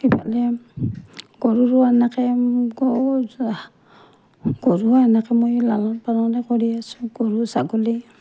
ইফালে গৰুৰো এনেকৈ গৰুৰো এনেকৈ মই লালন পালনহে কৰি আছোঁ গৰু ছাগলী